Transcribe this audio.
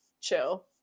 chill